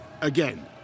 again